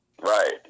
Right